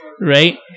right